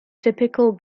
typical